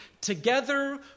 together